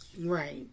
Right